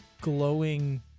glowing